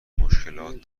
مشکلات